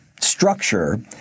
structure